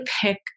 pick